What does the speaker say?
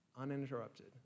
uninterrupted